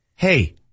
Hey